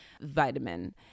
vitamin